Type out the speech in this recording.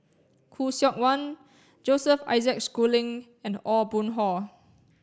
khoo Seok Wan Joseph Isaac Schooling and Aw Boon Haw